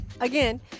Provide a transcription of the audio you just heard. again